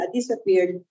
disappeared